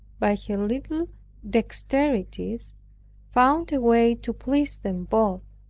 by her little dexterities found a way to please them both,